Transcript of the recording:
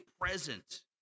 present